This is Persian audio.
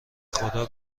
خدا